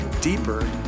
deeper